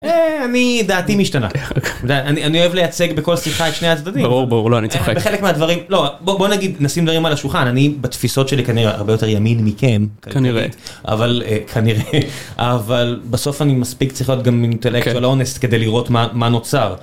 אני דעתי משתנה. ואני אוהב לייצג בכל שיחה שני הצדדים, ברור, ברור, אני צוחק. בחלק מהדברים, לא... בוא בוא נגיד נשים דברים על השולחן אני בתפיסות שלי כנראה הרבה יותר ימין מכם כנראה אבל כנראה אבל בסוף אני מספיק צריך להיות גם אינטלקט של הונסט כדי לראות מה נוצר.